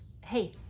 hey